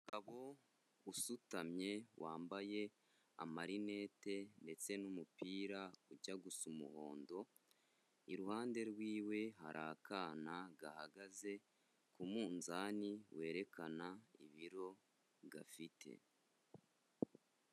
Umugabo usutamye wambaye amarinete ndetse n'umupira ujya gusa umuhondo, iruhande rwiwe hari akana gahagaze k'umunzani werekana ibiro gafite.